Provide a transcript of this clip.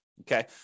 Okay